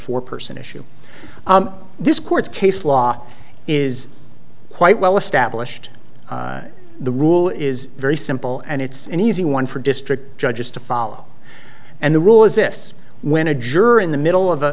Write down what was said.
foreperson issue this court's case law is quite well established the rule is very simple and it's an easy one for district judges to follow and the rule is this when a juror in the middle of